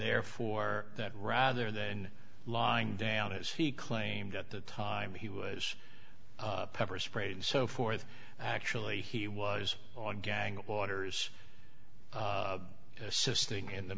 therefore that rather than lying down as he claimed at the time he was pepper spray and so forth actually he was on gang waters assisting in the